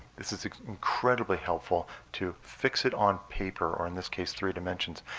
this is incredibly helpful to fix it on paper, or in this case three dimensions,